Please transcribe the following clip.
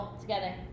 together